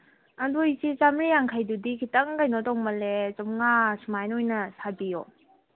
ꯑꯗꯨ ꯏꯆꯦ ꯆꯥꯝꯃ꯭ꯔꯤ ꯌꯡꯈꯩꯗꯨꯗꯤ ꯈꯤꯇꯪ ꯀꯩꯅꯣ ꯇꯧꯃꯜꯂꯦ ꯆꯥꯝꯃꯉꯥ ꯁꯨꯃꯥꯏꯅ ꯑꯣꯏꯅ ꯁꯥꯕꯤꯌꯣ